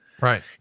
Right